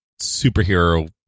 superhero